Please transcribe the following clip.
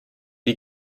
die